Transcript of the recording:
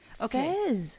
Okay